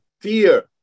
Fear